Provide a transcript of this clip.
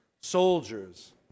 soldiers